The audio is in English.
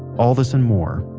all this and more,